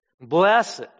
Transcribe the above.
Blessed